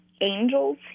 angels